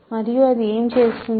మరియు అది ఏమి చేస్తుంది